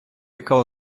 яка